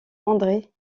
andré